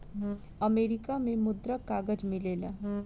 America में मुद्रक कागज मिलेला